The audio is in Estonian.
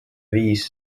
viis